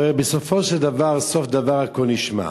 הרי בסופו של דבר "סוף דבר הכל נשמע".